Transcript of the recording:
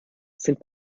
sind